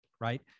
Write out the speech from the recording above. Right